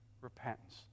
repentance